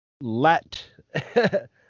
let